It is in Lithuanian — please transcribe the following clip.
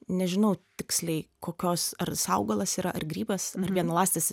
nežinau tiksliai kokios ar jis augalas yra ar grybas ar vienaląstis